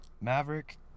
Maverick